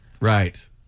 Right